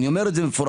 אני אומר מפורשות